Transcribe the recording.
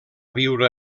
viure